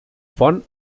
font